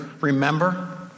remember